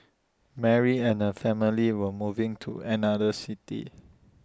Mary and her family were moving to another city